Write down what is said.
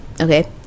okay